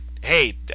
hey